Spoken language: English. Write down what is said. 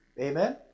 Amen